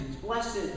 blessed